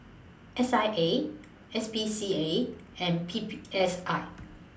S I A S P C A and P P S I